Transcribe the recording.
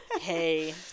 hey